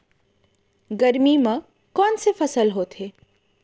गरमी मा कोन से फसल होथे?